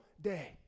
day